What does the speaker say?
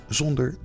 zonder